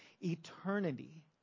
eternity